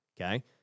Okay